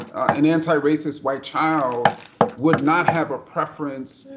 an antiracist white child would not have a preference,